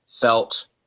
felt